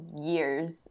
years